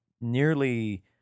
nearly